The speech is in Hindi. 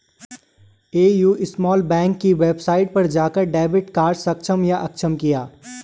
ए.यू स्मॉल बैंक की वेबसाइट पर जाकर डेबिट कार्ड सक्षम या अक्षम किया